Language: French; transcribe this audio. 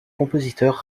compositeur